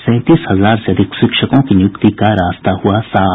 सैंतीस हजार से अधिक शिक्षकों की नियुक्ति का रास्ता हुआ साफ